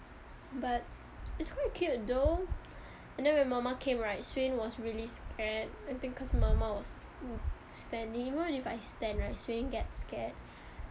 but it's quite cute though and then when mama came right swain was really scared cause I think mama was standing even if I stand right swain get scared